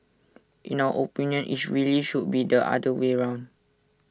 in our opinion IT really should be the other way round